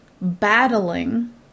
battling